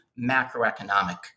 macroeconomic